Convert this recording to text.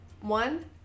One